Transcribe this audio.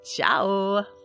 Ciao